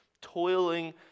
toiling